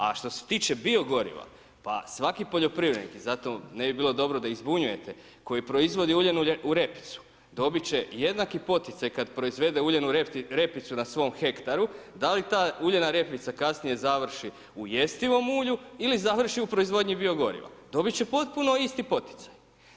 A što se tiče biogoriva, pa svaki poljoprivrednik i zato ne bi bilo dobro da ih zbunjujete, koji proizvodi uljanu repicu dobit će jednaki poticaj kad proizvede uljanu repicu na svom hektaru, da li ta uljana repica kasnije završi u jestivom ulju ili završi u proizvodnju bio goriva, dobit će potpuno isti poticaj.